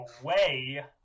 away